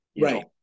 Right